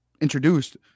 introduced